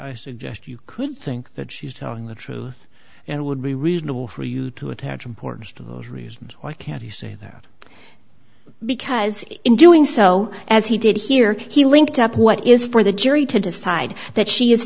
i suggest you could think that she's telling the truth and would be reasonable for you to attach importance to those reasons why can't you say there because in doing so as he did here he linked up what is for the jury to decide that she